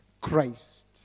Christ